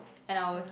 and I'll